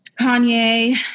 Kanye